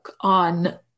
on